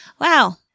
Wow